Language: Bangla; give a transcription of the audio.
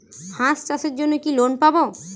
হাঁস চাষের জন্য কি লোন পাব?